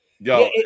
Yo